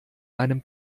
einem